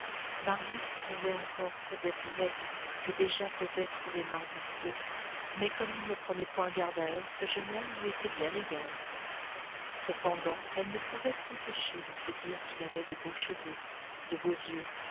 marius trouvait encore cosette laide que déjà cosette trouvait marius beau mais comme il ne prenait point garde à elle ce jeune homme lui était bien égal cependant elle ne pouvait s'empêcher de se dire qu'il avait de beaux cheveux de beaux yeux